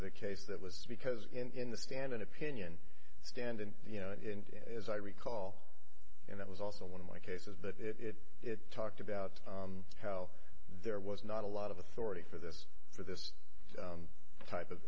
the case that was because in the stand an opinion stand and you know as i recall and it was also one of my cases that it talked about how there was not a lot of authority for this for this type of